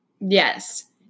Yes